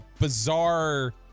bizarre